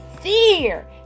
fear